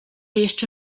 jeszcze